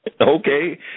Okay